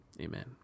Amen